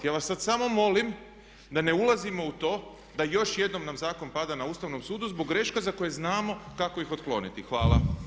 Ja vas sad samo molim da ne ulazimo u to da još jednom nam zakon pada na Ustavnom sudu zbog grešaka za koje znamo kako ih otkloniti.